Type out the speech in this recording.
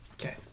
Okay